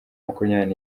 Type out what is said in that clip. makumyabiri